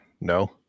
No